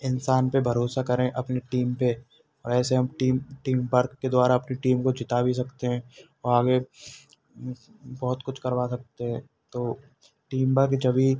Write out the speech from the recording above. इंसान पर भरोसा करें अपनी टीम पर और ऐसे हम टीम टीम वर्क के द्वारा अपनी टीम को जिता भी सकते हैं और आगे बहुत कुछ करवा सकते हैं तो टीम बर्क जभ ही